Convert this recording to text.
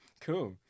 Cool